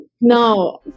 No